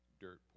dirt